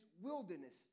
wilderness